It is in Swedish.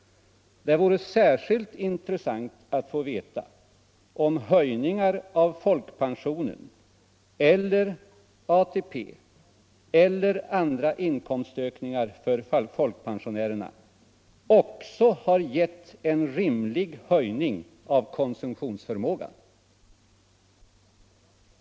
Det vore särskilt intressant att få veta om höjningar folkpensionen eller ATP eller andra inkomstökningar för folkpensionärerna också har gett en rimlig höjning av konsumtionsförmågan.